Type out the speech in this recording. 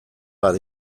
bat